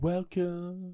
Welcome